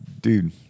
dude